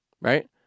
right